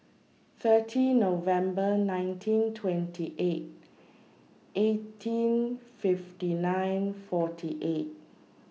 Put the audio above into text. thirty November nineteen twenty eight eighteen fifty nine forty eight